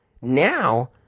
Now